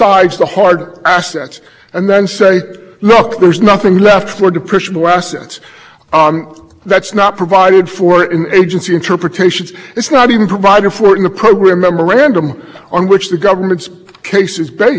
depression wesson's that's not provided for in agency interpretations it's not even provided for in the program memorandum on which the government's case is based they say you take the consideration and you allocate it only to the cash and